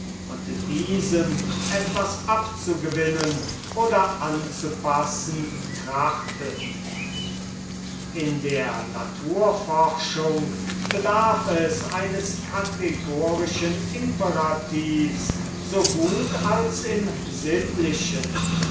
und diesem etwas abzugewinnen oder anzupassen trachtet in der naturforschung bedarf es eines kategorischen imperativs so gut als im sittlichen